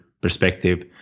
perspective